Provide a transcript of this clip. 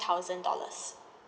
thousand dollars